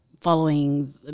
following